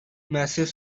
massive